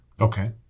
Okay